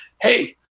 Hey